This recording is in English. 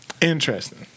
Interesting